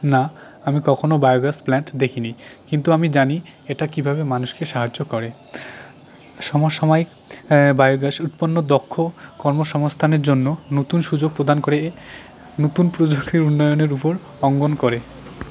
না আমি কখনো বায়োগ্যাস প্ল্যান্ট দেখি নি কিন্তু আমি জানি এটা কীভাবে মানুষকে সাহায্য করে সমসাময়িক বায়োগ্যাস উৎপন্ন দক্ষ কর্মসংস্থানের জন্য নতুন সুযোগ প্রদান করে এ নতুন প্রযুক্তির উন্নয়নের উপর অঙ্গন করে